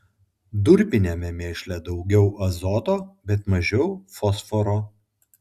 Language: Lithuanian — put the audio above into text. durpiniame mėšle daugiau azoto bet mažiau fosforo